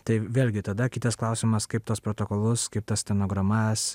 tai vėlgi tada kitas klausimas kaip tuos protokolus kaip tas stenogramas